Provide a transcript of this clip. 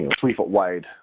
three-foot-wide